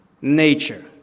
nature